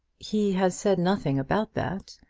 he has said nothing about that.